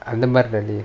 அந்த மாரி:antha maari